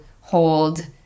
hold